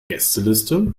gästeliste